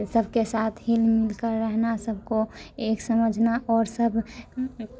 सबके साथ हिल मिलकर रहना सबको एक समझना और सब